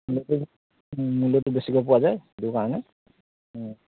মূল্যটো মূল্যটো বেছিকৈ পোৱা যায় সেইটো কাৰণে